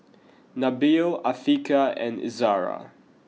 Nabil Afiqah and Izzara